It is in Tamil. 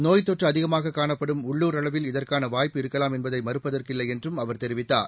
நோய்த் தொற்று அதிகமாக காணப்படும் உள்ளூர் அளவில் இதற்கான வாய்ப்பு இருக்கலாம் என்பதை மறுப்பதற்கில்லை என்றும் அவர் தெரிவித்தார்